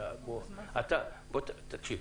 תקשיב,